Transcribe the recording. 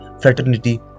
fraternity